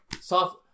soft